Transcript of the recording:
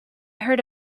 heard